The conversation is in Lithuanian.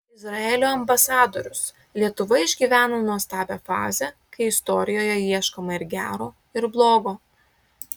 izraelio ambasadorius lietuva išgyvena nuostabią fazę kai istorijoje ieškoma ir gero ir blogo